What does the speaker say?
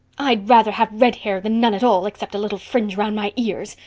i'd rather have red hair than none at all, except a little fringe round my ears,